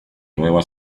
nueva